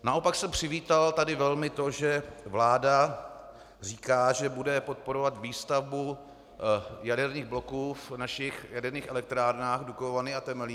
Naopak jsem přivítal tady velmi to, že vláda říká, že bude podporovat výstavbu jaderných bloků v našich jaderných elektrárnách Dukovany a Temelín.